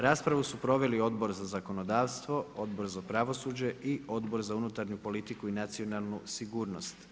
Raspravu su proveli Odbor za zakonodavstvo, Odbor za pravosuđe i Odbor za unutarnju politiku i nacionalnu sigurnost.